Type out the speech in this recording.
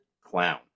clown